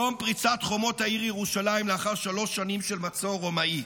יום פריצת חומות העיר ירושלים לאחר שלוש שנים של מצור רומאי,